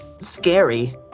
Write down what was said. Scary